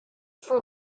for